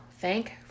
Thank